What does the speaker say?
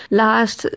last